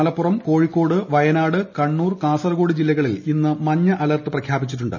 മലപ്പുറം കോഴിക്കോട് വയനാട് കണ്ണൂർ കാസ്സർകോട് ജില്ലകളിൽ ഇന്ന് മഞ്ഞ അലർട്ട് പ്രഖ്യാപിച്ചിട്ടുണ്ട്